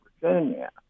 Virginia